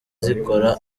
zikora